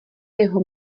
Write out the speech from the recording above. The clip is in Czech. jeho